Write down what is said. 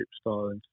style